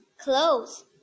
clothes